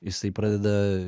jisai pradeda